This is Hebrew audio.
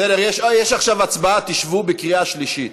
בסדר, יש עכשיו הצבעה, תשבו, בקריאה שלישית.